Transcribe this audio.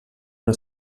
una